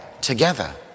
together